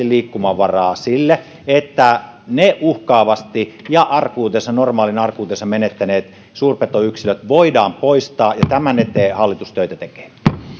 liikkumavaraa sille että uhkaavasti käyttäytyvät ja normaalin arkuutensa menettäneet suurpetoyksilöt voidaan poistaa ja tämän eteen hallitus töitä tekee